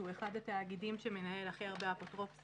שהיא אחד התאגידים שמנהל הכי הרבה אפוטרופוסים,